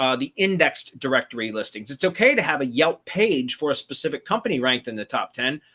um the indexed directory listings, it's okay to have a yelp page for a specific company ranked in the top ten.